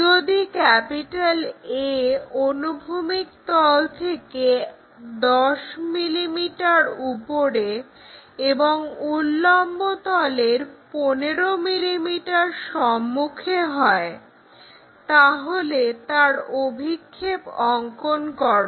যদি A অনুভূমিক তল থেকে 10 mm উপরে এবং উল্লম্ব তলের 15 mm সম্মুখে হয় তাহলে তার অভিক্ষেপ অঙ্কন করো